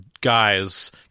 guys